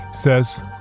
says